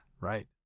right